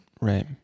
Right